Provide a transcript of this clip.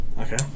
Okay